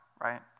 right